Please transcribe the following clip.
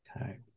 Okay